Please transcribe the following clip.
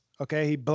okay